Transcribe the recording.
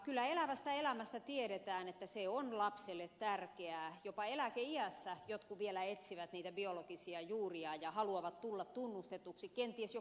kyllä elävästä elämästä tiedetään että se on lapselle tärkeää jopa eläkeiässä jotkut vielä etsivät niitä biologisia juuriaan ja haluavat tulla tunnustetuksi kenties jo kuolleen miehen lapseksi